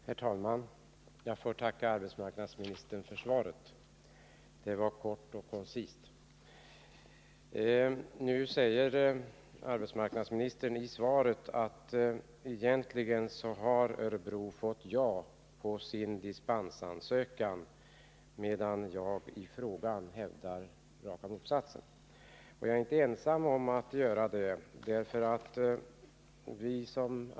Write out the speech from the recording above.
Herr talman! Jag får tacka arbetsmarknadsministern för svaret. Det var kort och koncist. Arbetsmarknadsministern säger i svaret att Örebro har fått ja på sin dispensansökan, medan jag i frågan hävdar raka motsatsen. Jag är inte ensam om att göra det.